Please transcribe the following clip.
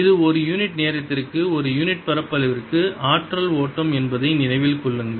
இது ஒரு யூனிட் நேரத்திற்கு ஒரு யூனிட் பரப்பளவிற்கு ஆற்றல் ஓட்டம் என்பதை நினைவில் கொள்ளுங்கள்